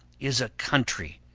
is a country,